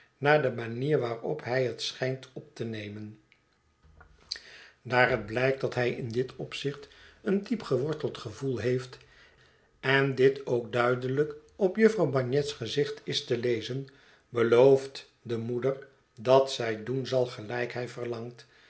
naar de manier waarop hij het schijnt op te nemen daar het blijkt dat hij in dit opzicht een diep geworteld gevoel heeft en dit ook duidelijk op jufvrouw bagnet's gezicht is te lezen belooft de moeder dat zij doen zal gelijk hij verlangt